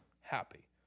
happy